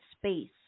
space